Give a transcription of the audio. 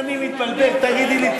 אם אני מתבלבל תגידי לי,